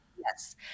Yes